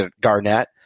Garnett